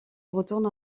retourne